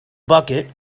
bucket